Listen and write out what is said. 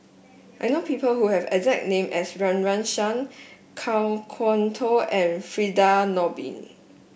I know people who have the exact name as Run Run Shaw Kan Kwok Toh and Firdaus Nordin